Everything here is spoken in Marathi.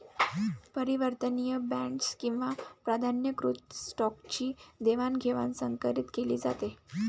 परिवर्तनीय बॉण्ड्स किंवा प्राधान्यकृत स्टॉकची देवाणघेवाण संकरीत केली जाते